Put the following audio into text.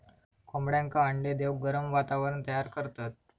कोंबड्यांका अंडे देऊक गरम वातावरण तयार करतत